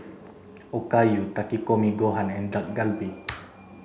Okayu Takikomi Gohan and Dak Galbi